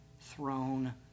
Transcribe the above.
throne